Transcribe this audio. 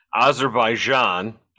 Azerbaijan